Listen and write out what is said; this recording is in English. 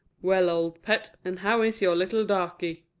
well, old pet, and how is your little darkie?